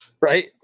Right